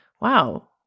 wow